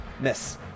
Miss